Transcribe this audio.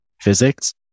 physics